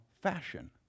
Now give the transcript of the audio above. fashion